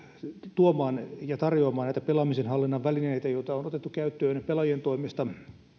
tuomaan ja tarjoamaan varsin laajalti ja kattavasti pelaamisen hallinnan välineitä joita on on otettu käyttöön pelaajien toimesta